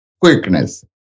quickness